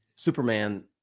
Superman